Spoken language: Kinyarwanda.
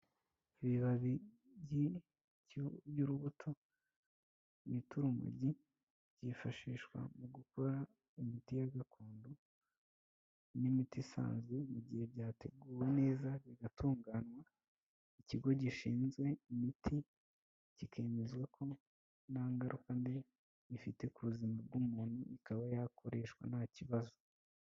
Ibibabi by'urubuto bita urumogi byifashishwa mu gukora imiti ya gakondo, n'imiti isanzwe mu gihe byateguwe neza bigatunganywa ikigo gishinzwe imiti kikemeza ko nta ngaruka mbi gifite ku buzima bw'umuntu ikaba yakoreshwa ntakibazo.